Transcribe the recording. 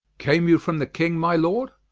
came you from the king, my lord?